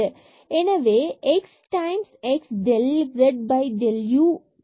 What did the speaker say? எனவே நம்மிடம் x x del z del u கிடைக்கிறது